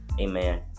amen